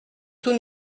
tout